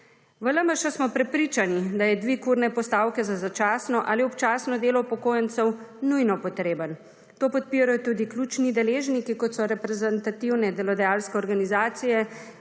V LMŠ smo prepričani, da je dvig urne postavke za začasno ali občasno delo upokojencev nujno potreben. To podpirajo tudi ključni deležniki kot so reprezentativne delodajalske organizacije,